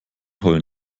heulen